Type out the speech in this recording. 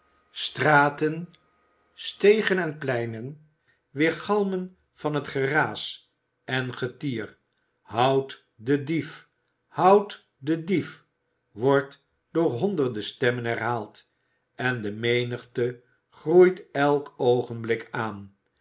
straten stegen en pleinen weergalmen van het geraas en getier houdt den dief houdt den dief wordt door honderden stemmen herhaald en de menigte groeit elk oogenblik aan